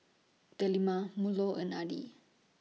Delima Melur and Adi